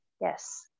Yes